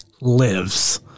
lives